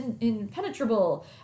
impenetrable